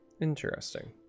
Interesting